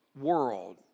world